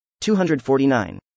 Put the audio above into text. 249